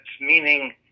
meaning